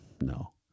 No